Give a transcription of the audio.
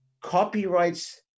copyrights